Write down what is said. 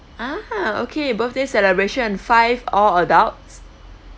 (uh huh) okay birthday celebration five all adults